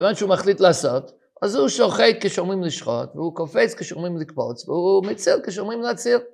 ואין שהוא מחליט לעשות, אז הוא שוחט כשאומרים לשחוט, והוא קופץ כשאומרים לקפוץ, והוא מציל כשאומרים להציל.